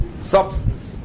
substance